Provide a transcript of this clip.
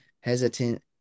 hesitant